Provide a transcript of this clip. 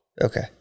Okay